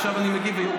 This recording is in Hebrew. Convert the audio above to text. אז עכשיו אני מגיב לך.